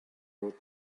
wrote